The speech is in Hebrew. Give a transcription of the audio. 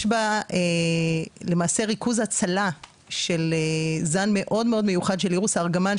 יש בה למעשה ריכוז הצלה של זן מאוד מיוחד של אירוס ארגמן,